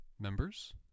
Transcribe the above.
Members